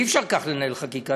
אי-אפשר כך לנהל חקיקה.